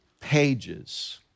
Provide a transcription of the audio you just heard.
pages